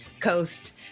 coast